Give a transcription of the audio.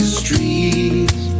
streets